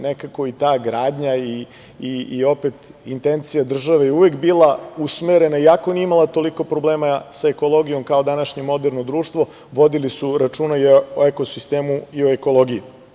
Nekako i ta gradnja i opet intencija države je uvek bila usmerena, iako nije imala toliko problema sa ekologijom kao današnje moderno društvo, vodili su računa i o ekosistemu i o ekologiji.